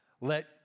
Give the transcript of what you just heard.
Let